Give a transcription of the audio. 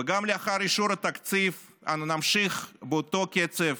וגם לאחר אישור התקציב אנו נמשיך באותו קצב